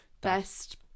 best